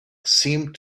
seemed